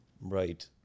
Right